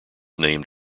named